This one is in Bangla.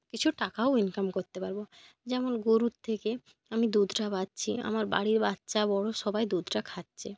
কিছু টাকাও ইনকাম করতে পারবো যেমন গরুর থেকে আমি দুধটা পাচ্ছি আমার বাড়ির বাচ্চা বড়ো সবাই দুধটা খাচ্ছে